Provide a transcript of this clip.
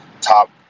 top